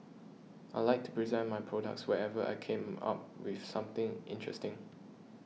I like to present my products whenever I come up with something interesting